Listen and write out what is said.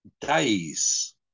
days